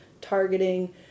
targeting